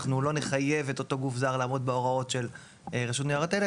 אנחנו לא נחייב את אותו גוף זר לעמוד בהוראות של הרשות לניירות ערך,